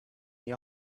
the